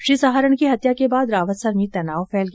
श्री सहारण की हत्या के बाद रावतसर में तनाव फैल गया